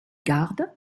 garde